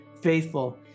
faithful